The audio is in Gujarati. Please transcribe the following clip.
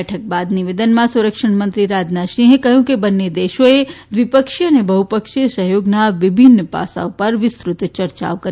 બેઠક બાદ નિવેદનમાં સંરક્ષણમંત્રી રાજનાથસિંહ કહ્યું કે બંને દેશોએ દ્વિપક્ષીય અને બહ્પક્ષીય સહ્યોગના વિભિન્ન પાસાઓ પર વિસ્તૃત ચર્ચા કરી